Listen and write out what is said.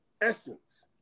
essence